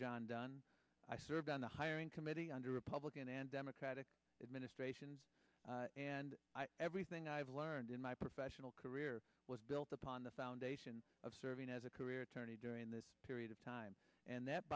john donne i served on the hiring committee under republican and democratic administrations and everything i've learned in my professional career was built upon the foundation of serving as a career attorney during that period of time and that